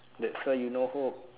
that's why you no hope